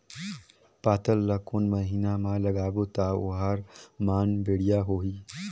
पातल ला कोन महीना मा लगाबो ता ओहार मान बेडिया होही?